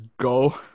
go